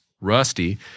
Rusty